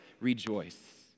rejoice